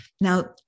Now